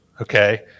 Okay